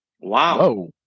Wow